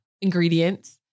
ingredients